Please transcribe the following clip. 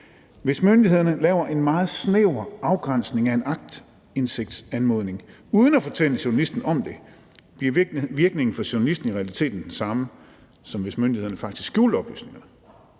Hvis myndighederne laver en meget snæver afgrænsning af en aktindsigtsanmodning uden at fortælle journalisten om det, bliver virkningen for journalisten i realiteten den samme, som hvis myndighederne faktisk skjulte oplysningerne.